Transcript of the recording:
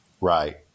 Right